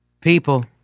people—